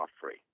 Free